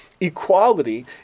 equality